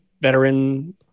Veteran